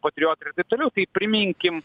patriotai ir taip toliau tai priminkim